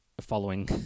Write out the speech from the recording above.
following